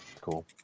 Cool